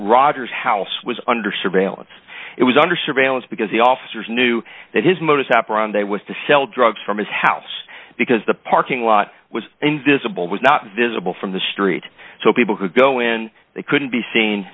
roger's house was under surveillance it was under surveillance because the officers knew that his modus operandi was to sell drugs from his house because the parking lot was invisible was not visible from the street so people who go when they couldn't be seen